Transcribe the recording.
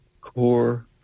core